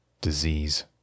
disease